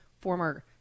former